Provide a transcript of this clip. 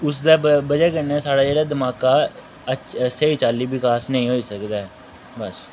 उसदे बजह कन्नै गै साढ़ै जेह्ड़ा दमाका दा स्हेई चाल्ली विकास नेईं होई सकदा ऐ बस